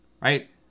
right